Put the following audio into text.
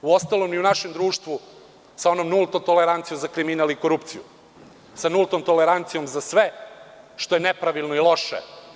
Uostalom, i u našem društvu, sa onom nultom tolerancijom za kriminal i korupciju, sa nultom tolerancijom za sve što je nepravilno i loše.